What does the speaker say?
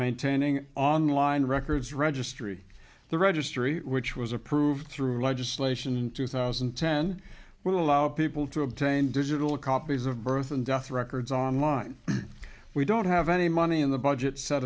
maintaining online records registry the registry which was approved through legislation in two thousand and ten will allow people to obtain digital copies of birth and death records online we don't have any money in the budget set